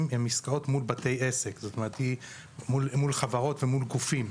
הן עסקאות מול בתי עסק; מול חברות וגופים.